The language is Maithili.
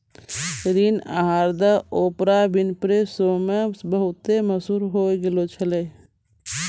ऋण आहार द ओपरा विनफ्रे शो मे बहुते मशहूर होय गैलो छलै